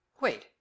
Wait